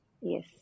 Yes